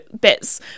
bits